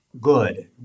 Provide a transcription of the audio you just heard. good